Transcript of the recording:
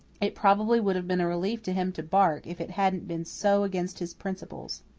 it probably would have been a relief to him to bark if it hadn't been so against his principles.